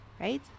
right